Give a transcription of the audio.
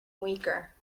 weaker